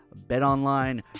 BetOnline